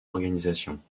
organisations